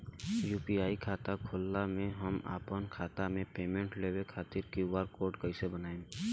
UPI खाता होखला मे हम आपन खाता मे पेमेंट लेवे खातिर क्यू.आर कोड कइसे बनाएम?